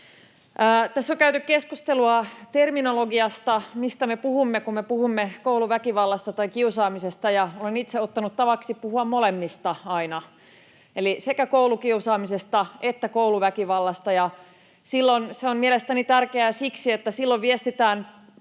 Tässä on käyty keskustelua terminologiasta: mistä me puhumme, kun me puhumme kouluväkivallasta tai kiusaamisesta. Olen itse ottanut tavaksi puhua aina molemmista eli sekä koulukiusaamisesta että kouluväkivallasta. Se on mielestäni tärkeää siksi, että silloin viestitään